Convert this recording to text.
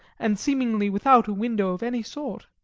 and seemingly without a window of any sort.